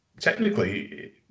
Technically